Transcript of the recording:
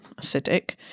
acidic